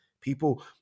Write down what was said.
People